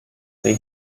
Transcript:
they